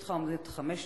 לרשותך עומדות חמש דקות.